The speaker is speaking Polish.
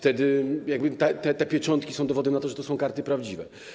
Te pieczątki są dowodem na to, że to są karty prawdziwe.